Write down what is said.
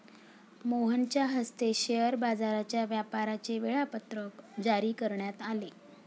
मोहनच्या हस्ते शेअर बाजाराच्या व्यापाराचे वेळापत्रक जारी करण्यात आले